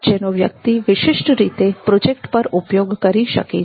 જેનો વ્યક્તિ વિશિષ્ટ રીતે પ્રોજેક્ટ પર ઉપયોગ કરી શકે છે